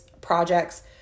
projects